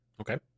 Okay